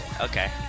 Okay